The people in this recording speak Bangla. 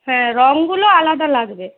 হ্যাঁ রঙগুলো আলাদা লাগবে